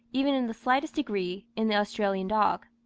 even in the slightest degree, in the australian dog.